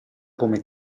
come